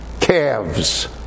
calves